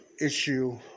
issue